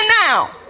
now